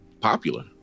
popular